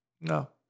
No